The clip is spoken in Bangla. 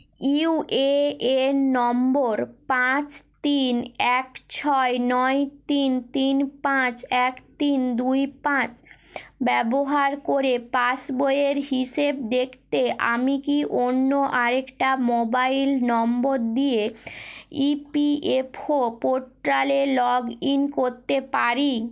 ইউ এ এন নম্বর পাঁচ তিন এক ছয় নয় তিন তিন পাঁচ এক তিন দুই পাঁচ ব্যবহার করে পাসবইয়ের হিসেব দেখতে আমি কি অন্য আরেকটা মোবাইল নম্বর দিয়ে ই পি এফ ও পোর্টালে লগ ইন করতে পারি